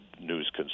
news